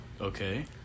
Okay